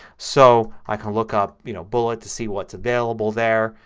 so i can look up you know bullet to see what's available there.